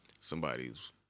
Somebody's